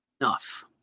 enough